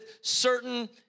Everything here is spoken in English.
certain